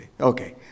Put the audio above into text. okay